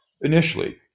initially